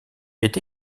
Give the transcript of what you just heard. est